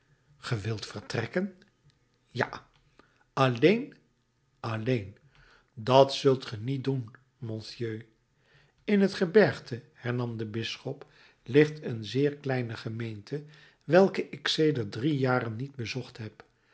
wilt vertrekken ja alleen alleen dat zult ge niet doen monseigneur in het gebergte hernam de bisschop ligt een zeer kleine gemeente welke ik sedert drie jaren niet bezocht heb